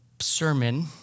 sermon